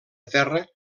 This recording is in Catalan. terra